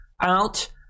out